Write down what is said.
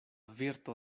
virto